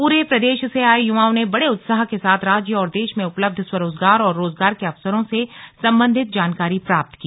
पूरे प्रदेश से आए युवाओं ने बड़े उत्साह के साथ राज्य और देश में उपलब्ध स्वरोजगार और रोजगार के अवसरों से सम्बन्धित जानकारी प्राप्त की